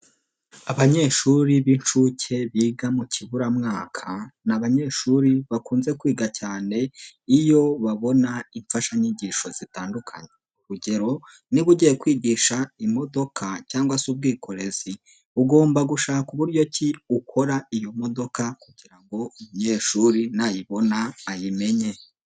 Abanyeshuri b'incuke biga mu kiburamwaka, ni abanyeshuri bakunze kwiga cyane iyo babona imfashanyigisho zitandukanye. Urugero niba ugiye kwigisha imodoka cyangwa se ubwikorezi ugomba gushaka uburyo ukora iyo modoka, kugirango umunyeshuri nayibona ayimenye.